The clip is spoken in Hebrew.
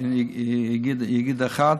ואם יגיד לאחד